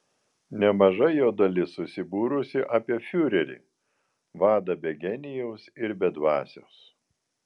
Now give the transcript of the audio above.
nemaža jo dalis susibūrusi apie fiurerį vadą be genijaus ir ir be dvasios